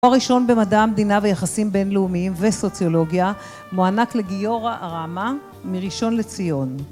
..ראשון במדע המדינה ויחסים בינלאומיים וסוציולוגיה מוענק לגיורא ערמה, מראשון לציון